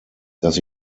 dass